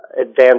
Advanced